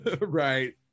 right